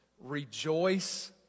rejoice